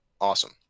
awesome